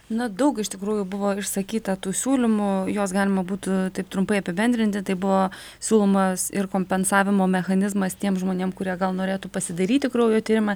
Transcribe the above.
na daug iš tikrųjų buvo išsakyta tų siūlymų juos galima būtų taip trumpai apibendrinti tai buvo siūlomas ir kompensavimo mechanizmas tiems žmonėm kurie gal norėtų pasidaryti kraujo tyrimą